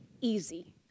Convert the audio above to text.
easy